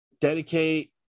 dedicate